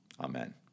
Amen